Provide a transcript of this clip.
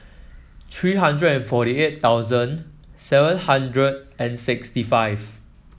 three hundred and forty eight thousand seven hundred and sixty five